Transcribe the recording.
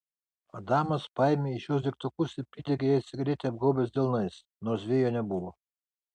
adamas paėmė iš jos degtukus ir pridegė jai cigaretę apgaubęs delnais nors vėjo nebuvo